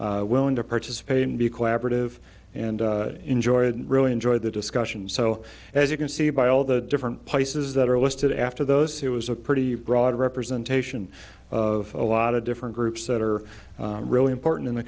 willing to participate and be collaborative and enjoyed and really enjoyed the discussions so as you can see by all the different places that are listed after those who was a pretty broad representation of a lot of different groups that are really important in